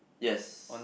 yes